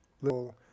little